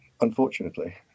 unfortunately